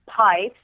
pipes